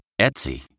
Etsy